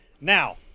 now